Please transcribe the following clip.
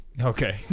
Okay